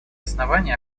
основания